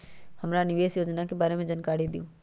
हमरा निवेस योजना के बारे में जानकारी दीउ?